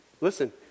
Listen